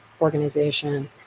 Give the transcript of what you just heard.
organization